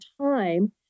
time